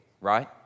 right